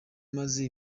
maze